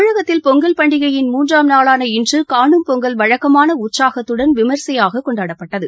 தமிழகத்தில் பொங்கல் பண்டிகையின் மூன்றாம் நாளான இன்று காணும் பொங்கல் வழக்கமான உற்சாகத்துடன் விமரிசையாக கொண்டாடப்பட்டது